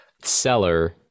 seller